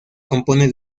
compone